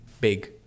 Big